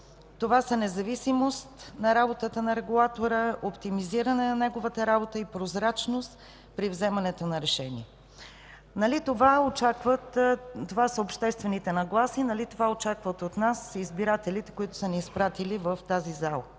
Това са: независимост на работата на регулатора, оптимизиране на неговата работа и прозрачност при вземането на решения. Нали това са обществените нагласи, нали това очакват от нас избирателите, които са ни изпратили в тази зала?